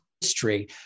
history